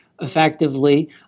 effectively